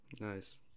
Nice